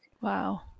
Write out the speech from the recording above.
Wow